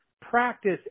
practice